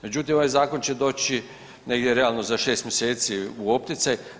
Međutim, ovaj Zakon će doći negdje realno za 6 mjeseci u opticaj.